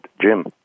Jim